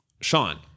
Sean